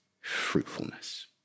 fruitfulness